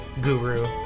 guru